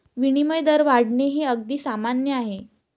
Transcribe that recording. विनिमय दर वाढणे हे अगदी सामान्य आहे